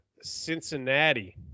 Cincinnati